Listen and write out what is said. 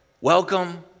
welcome